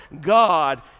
God